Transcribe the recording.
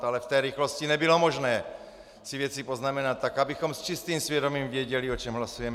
Ale v té rychlosti nebylo možné si věci poznamenat tak, abychom s čistým svědomím věděli, o čem hlasujeme.